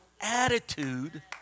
attitude